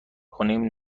کنیم